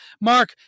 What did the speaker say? Mark